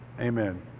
Amen